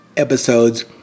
episodes